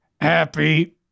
Happy